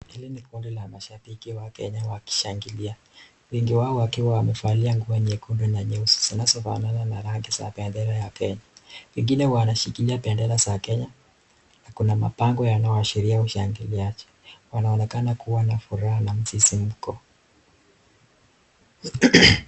Hili ni kundi la mashabiki wa Kenya wakishangilia, wengi wao wakiwa wamevalia nguo nyekundu na nyeusi zanazo fanana na rangi za bendera ya Kenya, wengine wanashikilia bendera za Kenya , na kuna mabango yanayoashilia ushangiliaji, wanaonekana kuwa na furaha na msisimko.